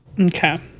Okay